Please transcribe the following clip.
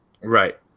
Right